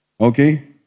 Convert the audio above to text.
Okay